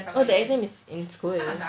oh the exam is in school